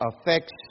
affects